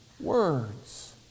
words